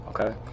Okay